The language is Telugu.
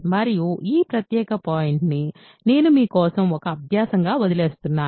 మరియు ఈ ప్రత్యేక పాయింట్ ని నేను మీ కోసం ఒక అభ్యాసం గా వదిలివేస్తున్నాను